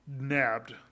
nabbed